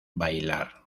bailar